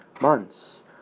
months